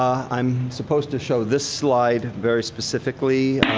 um i'm supposed to show this slide very specifically.